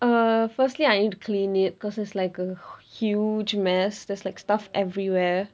err firstly I need to clean it cause it's like a huge mess there's like stuff everywhere